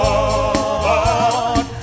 Lord